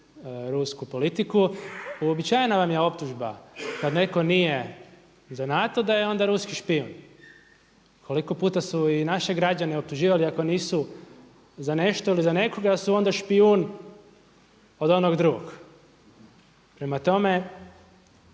rusku politiku. Uobičajena vam je optužba kad netko nije za NATO da je onda ruski špijun. Koliko puta su i naše građane optuživali ako nisu za nešto ili za nekoga da su onda špijuni od onog drugog. Prema tome,